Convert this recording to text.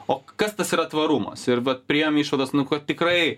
o kas tas yra tvarumas ir vat priėjom išvados nu kad tikrai